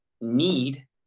need